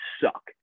suck